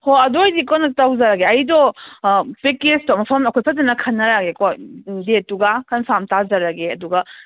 ꯍꯣ ꯑꯗꯨ ꯑꯣꯏꯗꯤ ꯀꯣꯟꯅ ꯇꯧꯖꯔꯒꯦ ꯑꯩꯗꯣ ꯄꯦꯛꯑꯦꯖꯇꯣ ꯃꯐꯝ ꯑꯩꯈꯣꯏ ꯐꯖꯅ ꯈꯟꯅꯔꯛꯑꯒꯦꯀꯣ ꯗꯦꯠꯇꯨꯒ ꯀꯟꯐꯔꯝ ꯇꯥꯖꯔꯛꯑꯒꯦ ꯑꯗꯨꯒ